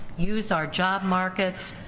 use our job markets,